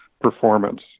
performance